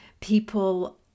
people